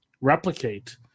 replicate